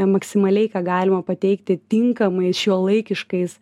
maksimaliai ką galima pateikti tinkamai šiuolaikiškais